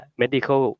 medical